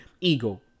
ego